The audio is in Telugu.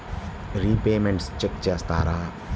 రిపేమెంట్స్ చెక్ చేస్తారా?